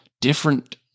different